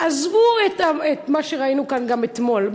עזבו את מה שראינו כאן גם אתמול.